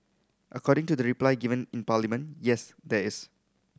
according to the reply given in Parliament yes there is